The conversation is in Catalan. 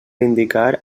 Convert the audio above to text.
indicar